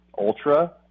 Ultra